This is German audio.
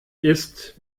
ist